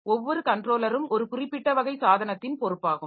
ஒவ்வொரு கன்ட்ரோலரும் ஒரு குறிப்பிட்ட வகை சாதனத்தின் பொறுப்பாகும்